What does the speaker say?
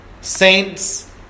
saints